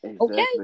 okay